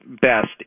best